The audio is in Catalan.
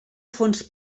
fons